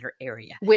area